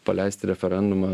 paleisti referendumą